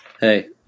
Hey